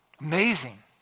Amazing